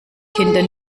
kinder